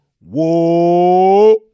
Whoa